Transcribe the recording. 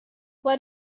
what